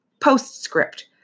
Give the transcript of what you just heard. Postscript